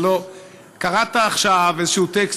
הלוא קראת עכשיו איזה טקסט,